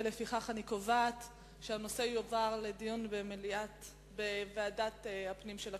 לפיכך אני קובעת שהנושא יועבר לדיון בוועדת הפנים של הכנסת.